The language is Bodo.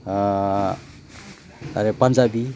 आरो पान्जाबि